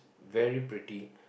very pretty